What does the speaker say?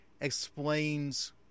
explains